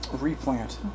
Replant